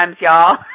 y'all